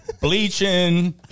Bleaching